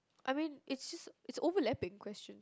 I mean it's just it's overlapping question